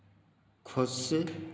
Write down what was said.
खुश